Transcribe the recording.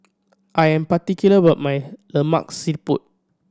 I am particular about my Lemak Siput